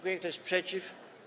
Kto jest przeciw?